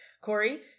Corey